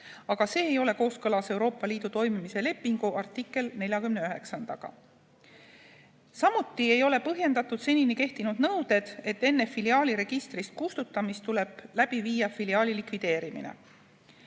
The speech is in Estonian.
See ei ole kooskõlas Euroopa Liidu toimimise lepingu artikliga 49. Samuti ei ole põhjendatud senini kehtinud nõue, et enne filiaali registrist kustutamist tuleb läbi viia filiaali likvideerimine.